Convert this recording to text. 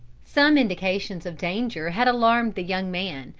some indications of danger had alarmed the young man,